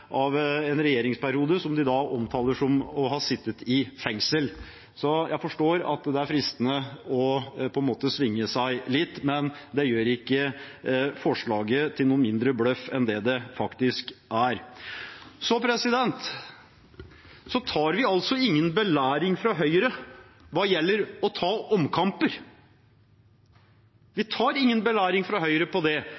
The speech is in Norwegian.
en regjeringsperiode som de omtaler som å ha sittet i fengsel. Så jeg forstår at det er fristende å svinge seg litt, men det gjør ikke forslaget til en mindre bløff enn det er. Vi vil ikke belæres av Høyre om å ta omkamper. Vi vil ikke belæres av Høyre om det, for hvis det er noe Høyre er gode på, er det å ta omkamper.